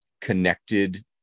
connected